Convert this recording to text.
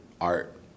art